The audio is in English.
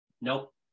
Nope